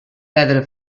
perdre